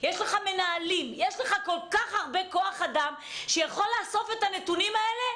יש לך מנהלים יש לך כל כך הרבה כוח אדם שיכול לאסוף את הנתונים האלה.